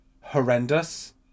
horrendous